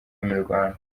imirwano